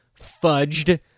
fudged